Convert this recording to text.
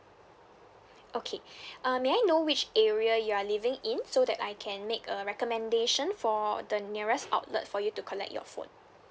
okay uh may I know which area you are living in so that I can make a recommendation for the nearest outlet for you to collect your phone